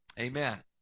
Amen